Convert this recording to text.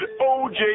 oj